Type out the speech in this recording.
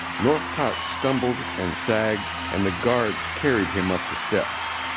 northcott stumbled and sagged and the guards carried him up the steps.